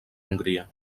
hongria